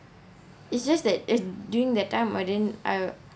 it's just that it during that time I didn't I